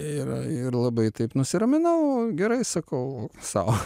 ir ir labai taip nusiraminau gerai sakau sau